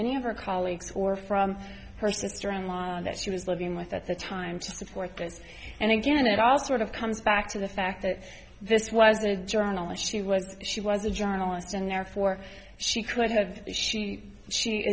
any of her colleagues or from her sister in law that she was living with at the time to support this and again it all sort of comes back to the fact that this was a journalist she was she was a journalist and therefore she could have she she